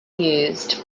used